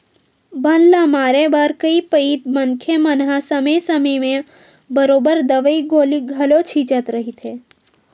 बन ल मारे बर कई पइत मनखे मन हा समे समे म बरोबर दवई गोली घलो छिंचत रहिथे